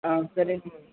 ஆ சரிங்க மேம்